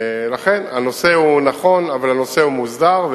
לכן, הנושא הוא נכון אבל הנושא מוסדר.